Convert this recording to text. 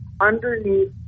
underneath